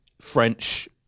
French